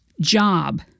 job